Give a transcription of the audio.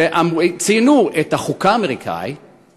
הם ציינו את החוקה האמריקנית,